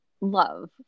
love